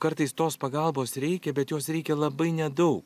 kartais tos pagalbos reikia bet jos reikia labai nedaug